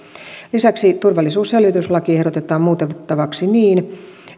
lisäksi turvallisuusselvityslakia ehdotetaan muutettavaksi niin